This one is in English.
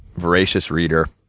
voracious reader.